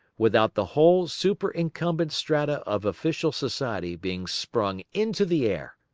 without the whole superincumbent strata of official society being sprung into the air.